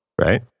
right